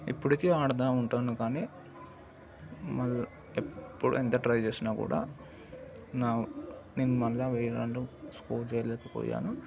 ఇప్పటికీ ఆడుతూ ఉంటాను కానీ మళ్ళీ ఎప్పుడు ఎంత ట్రై చేసినా కూడా నా నేను మళ్ళీ వెయ్యి రన్లు స్కోర్ చేయలేకపోయాను